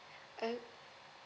oh